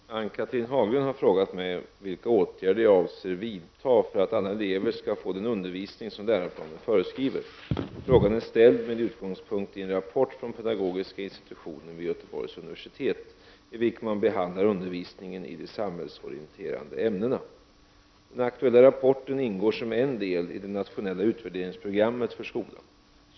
Herr talman! Ann-Cathrine Haglund har frågat mig om vilka åtgärder jag avser att vidta för att alla elever skall få den undervisning som läroplanen föreskriver. Frågan är ställd med utgångspunkt i en rapport från pedagogiska institutionen vid Göteborgs universitet i vilken man behandlar undervisningen i de samhällsorienterande ämnena. Den aktuella rapporten ingår som en del i det nationella utvärderingsprogrammet för skolan.